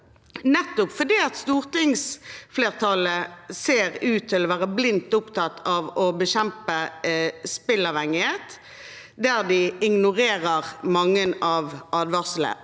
Nettopp fordi stortingsflertallet ser ut til å være blindt opptatt av å bekjempe spilleavhengighet, ignorerer de mange av advarslene.